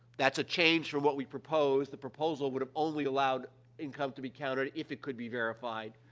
that's a change from what we proposed. the proposal would have only allowed income to be counted if it could be verified.